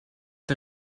der